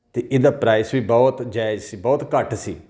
ਅਤੇ ਇਹਦਾ ਪ੍ਰਾਈਸ ਵੀ ਬਹੁਤ ਜਾਇਜ਼ ਸੀ ਬਹੁਤ ਘੱਟ ਸੀ